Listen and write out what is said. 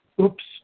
oops